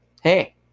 hey